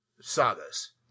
sagas